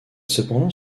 cependant